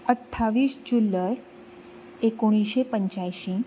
अठ्ठावीस जुलय एकोणिशें पंच्यांयशीं